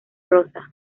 rosa